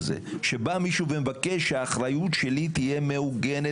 בן גביר לצד ההתנהלות של נציג סיעתו,